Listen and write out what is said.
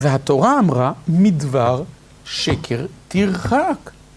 והתורה אמרה מדבר שקר תרחק.